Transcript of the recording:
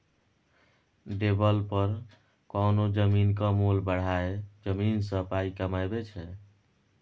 developer कोनो जमीनक मोल बढ़ाए जमीन सँ पाइ कमाबै छै